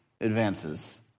advances